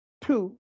two